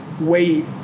wait